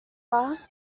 last